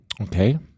okay